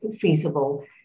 feasible